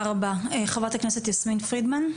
חברת הכנסת יסמין פרידמן.